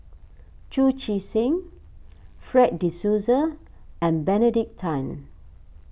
Chu Chee Seng Fred De Souza and Benedict Tan